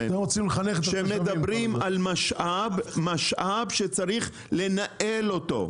כשמדברים על משאב, משאב שצריך לנהל אותו.